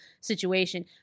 situation